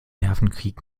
nervenkrieg